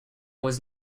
was